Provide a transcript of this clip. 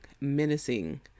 menacing